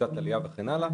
קליטת עלייה וכן הלאה.